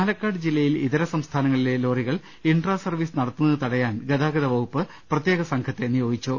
പാലക്കാട് ജില്ലയിൽ ഇതര സംസ്ഥാനങ്ങളിലെ ലോറികൾ ഇൻട്രാ സർവീസ് നടത്തുന്നത് തടയാൻ ഗതാഗത വകുപ്പ് പ്രത്യേക സംഘത്തെ നിയോ ഗിച്ചു